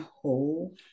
whole